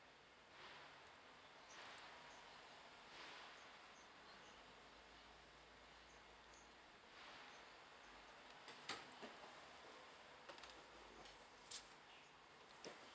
so so